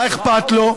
מה אכפת לו?